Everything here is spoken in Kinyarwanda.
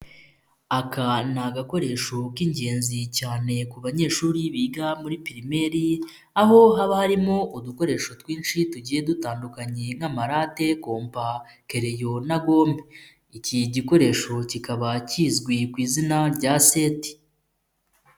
Aka ni agakoresho k'ingenzi cyane ku banyeshuri biga muri pirimeri aho haba harimo udukoresho twinshi tugiye dutandukanye nk'amarate, kompa, kereyo na gome, iki gikoresho kikaba kizwi ku izina rya seti.